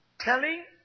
Telling